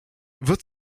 wird